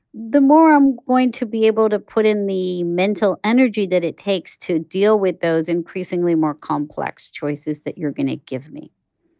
the more i'm um going to be able to put in the mental energy that it takes to deal with those increasingly more complex choices that you're going to give me